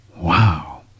Wow